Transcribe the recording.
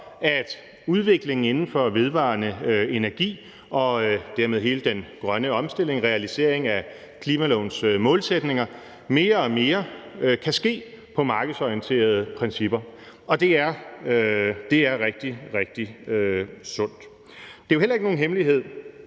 at udviklingen inden for vedvarende energi og dermed hele den grønne omstilling – realiseringen af klimalovens målsætninger – mere og mere kan ske på markedsorienterede principper. Det er rigtig, rigtig sundt. Det er jo heller ikke nogen hemmelighed,